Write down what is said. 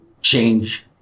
change